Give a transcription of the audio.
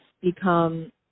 become